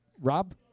Rob